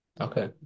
Okay